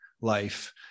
life